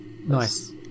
nice